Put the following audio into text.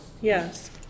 Yes